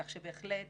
כך שבהחלט